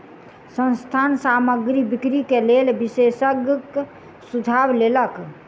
संस्थान सामग्री बिक्री के लेल विशेषज्ञक सुझाव लेलक